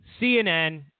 CNN